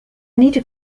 needed